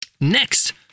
Next